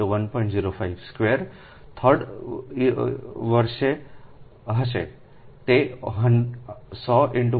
052 third વર્ષ હશે તે 100 1